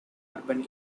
urban